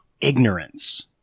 ignorance